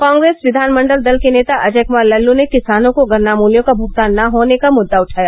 कांग्रेस विधानमंडल दल के नेता अजय कुमार लल्लू ने किसानों को गन्ना मूल्यों का भूगतान न होने का मुद्दा उठाया